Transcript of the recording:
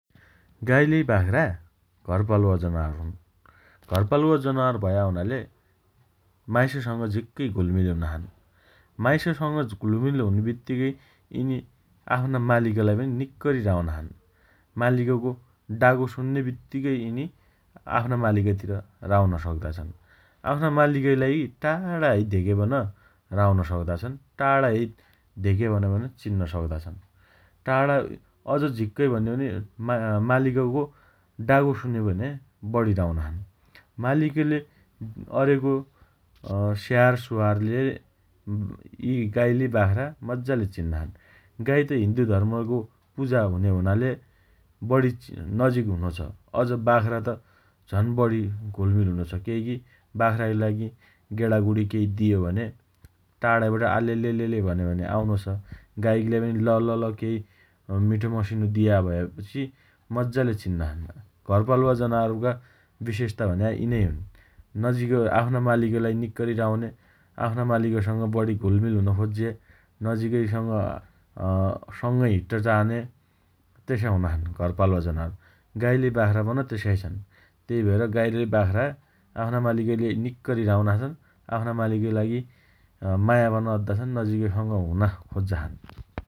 गाईलेई बाख्रा घर पालुवा जनावर हुन् । घर पालुवा जनावर भया हुनाले माइससँग झिक्कै घुलमिल हुना छन् । माइससँग घुलमिल हुने बित्तीकै यिनी आफ्ना मालिकलाई पनि निक्करी राउना छन् । मकालिकको डागो सुन्ने बित्तीकै यिनी आफ्ना मालिकतिर राउन सक्ता छन् । आफ्ना मालिकलाई टाढाहै धेग्या पन राउन सक्ता छनु । टाढा है धेग्या पन चिन्न सक्ता छन् । टाढा, अझ झिक्क भन्ने हो भन्या अँ मालिकको डागो सुन्यो भन्या बढी राउना छन् । मालिकले अरेको अँ स्याहार सुहारले यी गाईलेइ बाख्रा मज्जाले चिन्ना छन् । गाइ त हिन्दु धर्मको पुजा हुने हुनाले बढी नजिक हुनो छ । अझ बाख्रा त झन् बढी घुलमिल हुनो छ । केही की बाख्राइ लागि गेणगुडी दियो भने टाढाबाटै आ लेलेले भन्यो भने आउनो छ । गाई कीलाई पनि केही लल केही मिठो मसिनो दिया भएपछि मज्जाले चिन्ना छन् । घरपालुवा जनावरका विशेषता भन्या यिनै हुन् । नजिक आफ्ना मालिकलाई निक्करी राउने, आफ्ना मालिकसँग बढी घुलमिल हुन खोज्जे, नजिकैसँग अँ सँगै हिड्ड चाहने तेसा हुना छन् घरपालुवा जनावर । गाईलेइ बाख्रापन तेसाइ छन् । तेही भएर गाईलेइ बाख्रा आफ्ना मालिकलाई निक्करी राउना छन् । आफ्ना मालिकलाई माया पन अद्दा छन् । नजिकैसँग हुन खोज्जा छन् ।